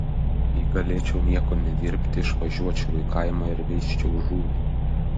jei galėčiau nieko nedirbti išvažiuočiau į kaimą ir veisčiau žuvį